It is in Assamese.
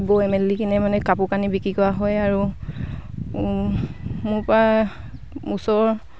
বৈ মেলি কিনে মানে কাপোৰ কানি বিক্ৰী কৰা হয় আৰু মোৰপৰা ওচৰ